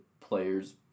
player's